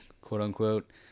quote-unquote